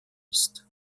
ist